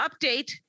update